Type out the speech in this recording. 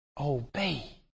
Obey